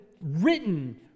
written